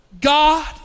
God